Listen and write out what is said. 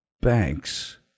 banks –